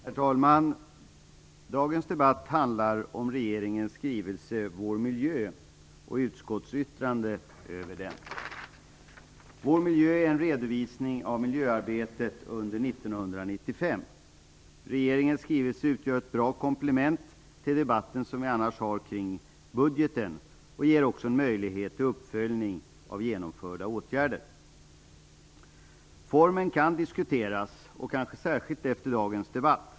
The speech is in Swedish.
Herr talman! Dagens debatt handlar om regeringens skrivelse Vår miljö och utskottsyttrande om den. Vår miljö är en redovisning av miljöarbetet under Regeringens skrivelse utgör ett bra komplement till debatten som vi annars har kring budgeten och ger också en möjlighet till uppföljning av genomförda åtgärder. Formen kan diskuteras, särskilt kanske efter dagen debatt.